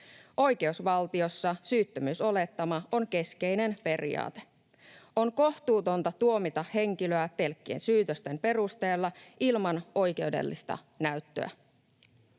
Oikeusvaltiossa syyttömyysolettama on keskeinen periaate. On kohtuutonta tuomita henkilöä pelkkien syytösten perusteella ilman oikeudellista näyttöä.